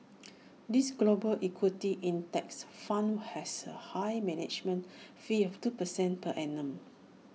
this global equity index fund has A high management fee of two percent per annum